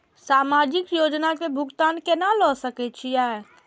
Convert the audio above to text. समाजिक योजना के भुगतान केना ल सके छिऐ?